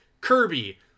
kirby